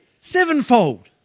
Sevenfold